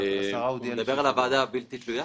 השרה הודיעה על --- הוא מדבר על הוועדה הבלתי תלויה?